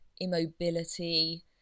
immobility